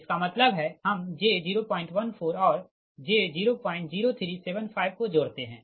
इसका मतलब है हम j 014 और j 00375 को जोड़ते है